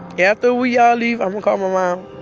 yeah after we all leave, i'mma call my mom,